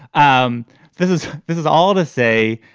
um this is this is all to say.